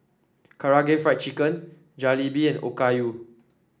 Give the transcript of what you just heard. Karaage Fried Chicken Jalebi and Okayu